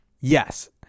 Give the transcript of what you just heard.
Yes